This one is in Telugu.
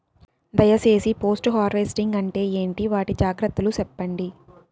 దయ సేసి పోస్ట్ హార్వెస్టింగ్ అంటే ఏంటి? వాటి జాగ్రత్తలు సెప్పండి?